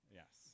yes